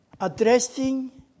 addressing